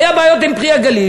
היו בעיות עם "פרי הגליל",